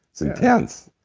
it's intense.